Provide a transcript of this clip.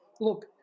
look